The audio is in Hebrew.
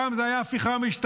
פעם זה היה הפיכה משטרית,